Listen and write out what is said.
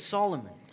Solomon